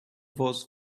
those